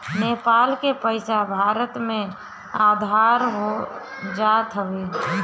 नेपाल के पईसा भारत में आधा हो जात हवे